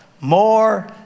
More